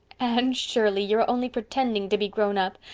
anne shirley, you're only pretending to be grown up.